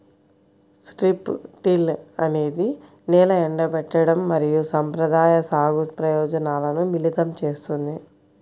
strip till అనేది నేల ఎండబెట్టడం మరియు సంప్రదాయ సాగు ప్రయోజనాలను మిళితం చేస్తుంది